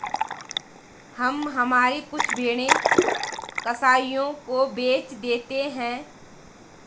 हम हमारी कुछ भेड़ें कसाइयों को बेच देते हैं